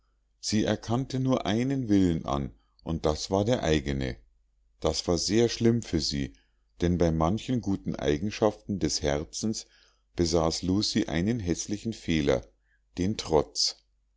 sie erkannte nur einen willen an und das war der eigene das war sehr schlimm für sie denn bei manchen guten eigenschaften des herzens besaß lucie einen häßlichen fehler den trotz